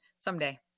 Someday